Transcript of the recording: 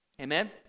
amen